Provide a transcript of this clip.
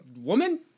woman